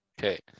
okay